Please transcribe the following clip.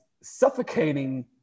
suffocating